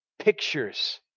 Pictures